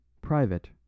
private